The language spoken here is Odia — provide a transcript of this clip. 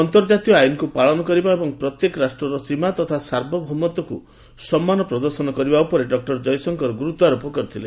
ଅନ୍ତର୍କାତୀୟ ଆଇନକୁ ପାଳନ କରିବା ଏବଂ ପ୍ରତ୍ୟେକ ରାଷ୍ଟ୍ରର ସୀମା ତଥା ସାର୍ବଭୌମତ୍ୱକୁ ସମ୍ମାନ ପ୍ରଦର୍ଶନ କରିବା ଉପରେ ଡକୁର ଜୟଶଙ୍କର ଗୁରୁତ୍ୱାରୋପ କରିଥିଲେ